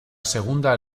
segunda